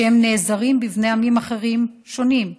כשהם נעזרים בבני עמים אחרים, שונים,